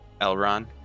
Elrond